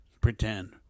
pretend